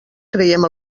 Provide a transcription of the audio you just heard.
creiem